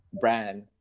brand